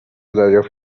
دریافت